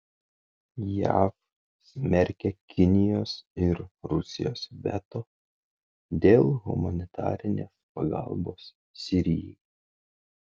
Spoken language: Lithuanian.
jav smerkia kinijos ir rusijos veto dėl humanitarinės pagalbos sirijai